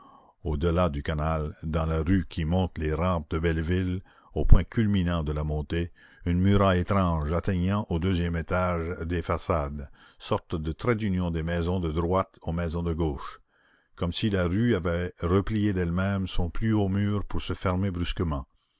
delà du canal dans la rue qui monte les rampes de belleville au point culminant de la montée une muraille étrange atteignant au deuxième étage des façades sorte de trait d'union des maisons de droite aux maisons de gauche comme si la rue avait replié d'elle-même son plus haut mur pour se fermer brusquement